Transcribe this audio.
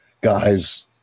guys